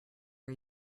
are